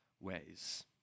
ways